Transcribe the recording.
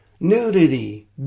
Nudity